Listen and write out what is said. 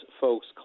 folks